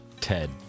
Ted